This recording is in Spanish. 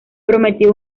prometió